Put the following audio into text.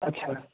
ਅੱਛਾ